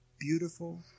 Beautiful